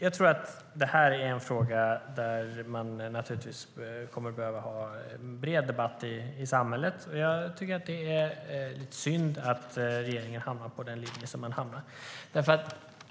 Herr talman! Det här är en fråga där man kommer att behöva ha en bred debatt i samhället. Det är lite synd att regeringen hamnar på den linje där de hamnat.